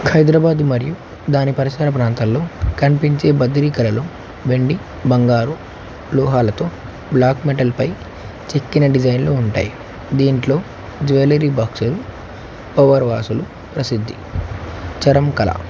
హైదరాబాద్ మరియు దాని పరిసర ప్రాంతాల్లో కనిపించే బద్రి కళలు వెండి బంగారు లోహాలతో బ్లాక్ మెటల్పై చెక్కిన డిజైన్లు ఉంటాయి దీంట్లో జ్యువెలరీ బాక్సులు ఫ్లవర్ వాసులు ప్రసిద్ధి చర్మం కళ